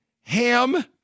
ham